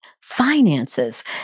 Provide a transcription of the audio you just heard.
finances